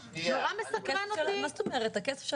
אני מצאתי את זה כבר